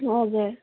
हजुर